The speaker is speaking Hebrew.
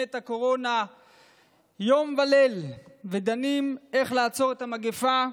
בקבינט הקורונה יום וליל ודנים איך לעצור את המגפה,